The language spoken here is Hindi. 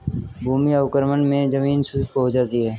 भूमि अवक्रमण मे जमीन शुष्क हो जाती है